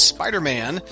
Spider-Man